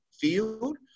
field